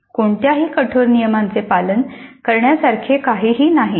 कोणत्याही कठोर नियमांचे पालन करण्यासारखे काहीही नाही